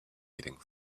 heading